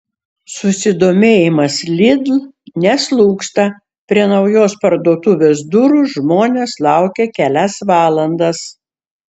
susidomėjimas lidl neslūgsta prie naujos parduotuvės durų žmonės laukė kelias valandas